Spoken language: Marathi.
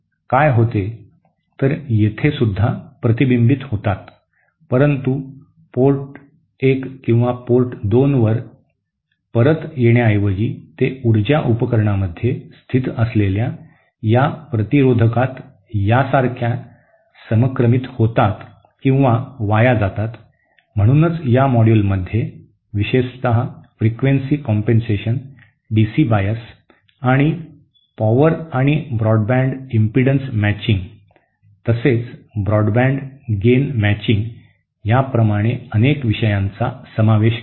काय होते तर येथे सुद्धा प्रतिबिंब होतात परंतु पोर्ट 1 किंवा पोर्ट 2 वर परत येण्याऐवजी ते ऊर्जा उपकरणामध्ये स्थित असलेल्या या प्रतिरोधकात यासारखे समक्रमित होतात किंवा वाया जातात म्हणूनच या मॉड्यूलमध्ये विशेषत फ्रिक्वेन्सी कॉम्पेन्सेशन डीसी बायस आणि पॉवर आणि ब्रॉडबँड इम्पेडन्स मॅचिंग तसेच ब्रॉडबँड गेन मॅचिंग याप्रमाणे अनेक विषयांचा समावेश केला